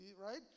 right